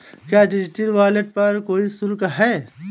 क्या digital wallet पर कोई शुल्क है?